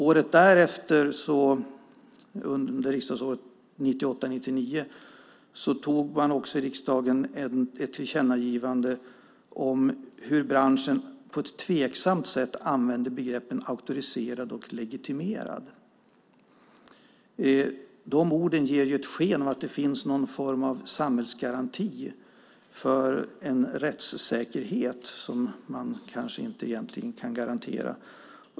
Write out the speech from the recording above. Året därefter, riksdagsåret 1998/99, antog man i riksdagen ett tillkännagivande om hur branschen på ett tveksamt sätt använde begreppen auktoriserad och legitimerad. De orden ger ju sken av att det finns någon form av samhällsgaranti för en rättssäkerhet som man egentligen inte kan garantera.